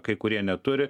kai kurie neturi